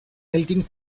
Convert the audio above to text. melting